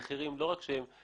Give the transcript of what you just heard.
גם המחירים ירדו,